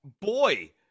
boy